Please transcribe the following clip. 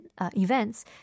events